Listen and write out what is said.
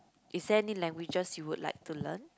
is there any languages you would like to learn